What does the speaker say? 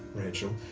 rachel.